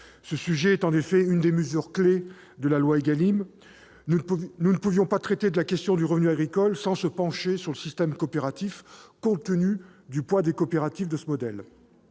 Ce sujet est en effet une des mesures clés de la loi ÉGALIM. Nous ne pouvions pas traiter de la question du revenu agricole sans nous pencher sur le système coopératif, compte tenu du poids des coopératives de ce modèle.